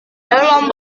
dalam